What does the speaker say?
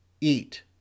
eat